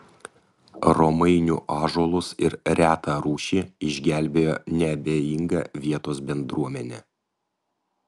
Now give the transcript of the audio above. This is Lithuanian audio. romainių ąžuolus ir retą rūšį išgelbėjo neabejinga vietos bendruomenė